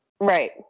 Right